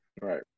Right